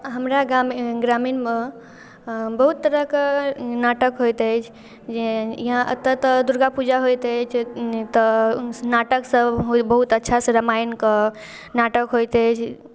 हमरा ग्राम ग्रामीणमे बहुत तरहके नाटक होइत अछि जे इहाँ एतय तऽ दुर्गा पूजा होइत अछि तऽ नाटकसभ होय बहुत अच्छासँ रामायणके नाटक होइत अछि